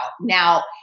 Now